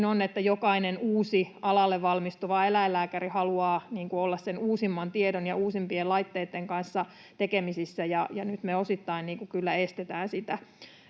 että jokainen uusi alalle valmistuva eläinlääkäri haluaa olla sen uusimman tiedon ja uusimpien laitteitten kanssa tekemisissä, ja nyt me osittain kyllä estetään sitä.